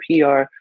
PR